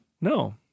No